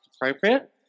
appropriate